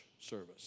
service